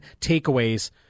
takeaways